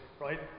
Right